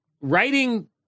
writing